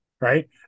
right